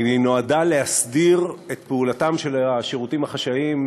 והיא נועדה להסדיר את פעולתם של השירותים החשאיים,